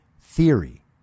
theory